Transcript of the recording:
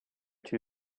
two